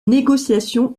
négociations